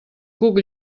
cuc